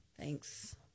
Thanks